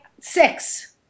six